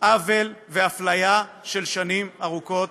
עוול ואפליה של שנים ארוכות.